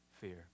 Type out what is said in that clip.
fear